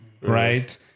right